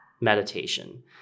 meditation